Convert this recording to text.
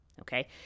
Okay